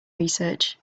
research